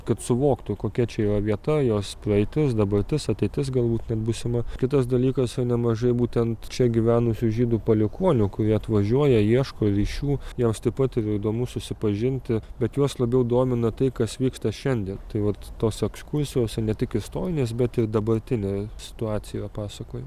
kad suvoktų kokia čia jo vieta jos praeitis dabartis ateitis galbūt net būsima kitas dalykas nemažai būtent čia gyvenusių žydų palikuonių kurie atvažiuoja ieško ryšių jiems taip pat ir įdomu susipažinti bet juos labiau domina tai kas vyksta šiandien tai vat tos ekskursijos ne tik istorinės bet ir dabartinė situacija pasakoj